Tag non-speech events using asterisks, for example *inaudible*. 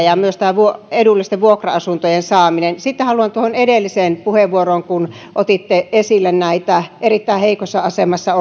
*unintelligible* ja myös tämä edullisten vuokra asuntojen saaminen sitten haluan sanoa tuohon edelliseen puheenvuoroon kun otitte esille näitä erittäin heikossa asemassa *unintelligible*